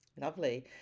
Lovely